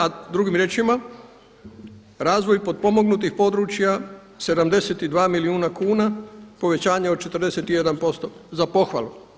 A drugim riječima razvoj potpomognutih područja 72 milijuna kuna povećanje od 41% za pohvalu.